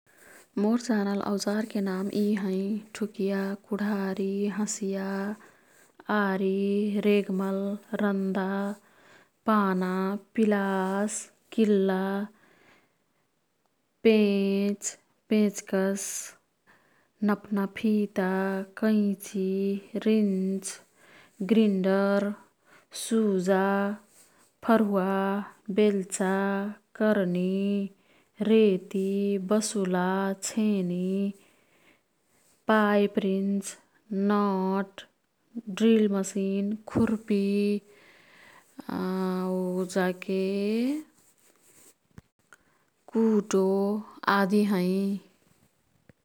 मोर् जानल औजारके नाम यी हैं। ठुकिया, कुढ़ारी, हँसिया, आरी, रेगमल, रन्दा, पाना, पिलास, किल्ला, पेंच, पेंचकस, नप्ना फिता, कैची, रिंच, ग्रिनडर, सुजा, फरुहा, बेल्चा, करनी, रेती, बसुला, छेनी, pipe wrench, nut, drill machine, खुर्पी, कुटो आदि हैं।